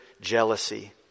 jealousy